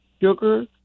sugar